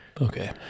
Okay